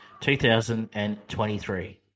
2023